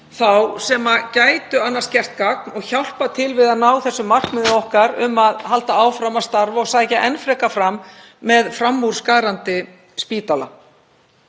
þá sem gætu annars gert gagn og hjálpað til við að ná markmiðum okkar um að halda áfram að sækja enn frekar fram með framúrskarandi spítala.